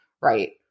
Right